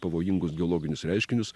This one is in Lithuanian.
pavojingus geologinius reiškinius